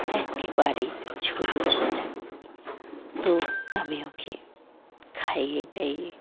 এক্কেবারে ছোট বাচ্চা তো আমি ওকে খাইয়ে টাইয়ে